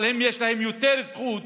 אבל יש להם יותר זכות,